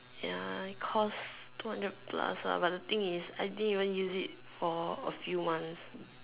ya it cost two hundred plus ah but the thing is I didn't even use it for a few months